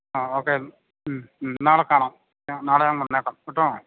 ആ ഓക്കേ മ് നാളെ കാണാം മ് നാളെ ഞാൻ വന്നേക്കാം കേട്ടോ